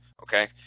okay